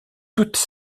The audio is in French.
toutes